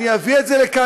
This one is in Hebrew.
אני אביא את זה לכאן,